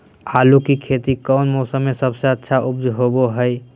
आलू की खेती कौन मौसम में सबसे अच्छा उपज होबो हय?